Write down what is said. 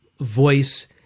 voice